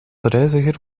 reiziger